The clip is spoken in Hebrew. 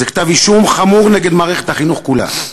זה כתב-אישום חמור נגד מערכת החינוך כולה.